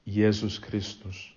jėzus kristus